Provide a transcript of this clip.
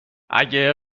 اگه